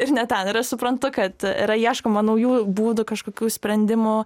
ir ne ten ir aš suprantu kad yra ieškoma naujų būdų kažkokių sprendimų